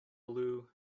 blue